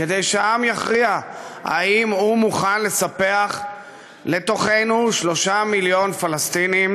כדי שהעם יכריע אם הוא מוכן לספח לתוכנו שלושה מיליון פלסטינים